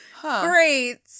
great